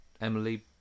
Emily